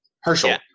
Herschel